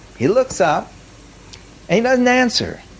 he looks up and he doesn't answer.